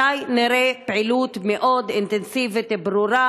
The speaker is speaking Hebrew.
מתי נראה פעילות מאוד אינטנסיבית וברורה